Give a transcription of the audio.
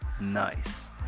Nice